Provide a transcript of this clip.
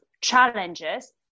challenges